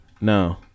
No